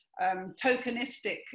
tokenistic